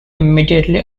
immediately